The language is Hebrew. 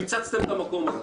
פיצצתם את המקום הזה.